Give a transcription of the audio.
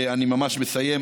אני ממש מסיים,